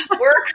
Work